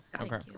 okay